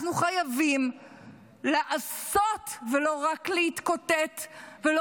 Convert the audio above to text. אנחנו חייבים לעשות ולא רק להתקוטט ולא